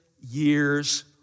years